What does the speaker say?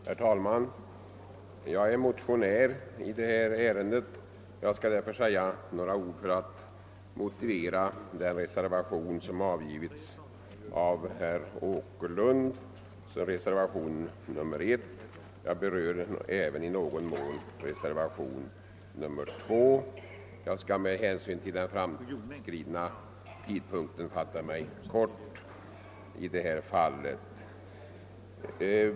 Herr talman! Jag är motionär i detta ärende, och jag skall säga några ord för att motivera den reservation som har avgivits av herr Åkerlund såsom reservation 1, och jag skall i någon mån även beröra reservation 2. Med hänsyn till den framskridna tiden skall jag emellertid fatta mig kort i det fallet.